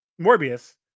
Morbius